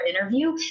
interview